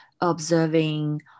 observing